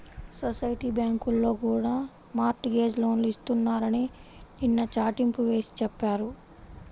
society బ్యాంకుల్లో కూడా mortgage లోన్లు ఇస్తున్నారని నిన్న చాటింపు వేసి చెప్పారు